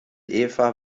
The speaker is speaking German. eva